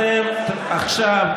אתם עכשיו,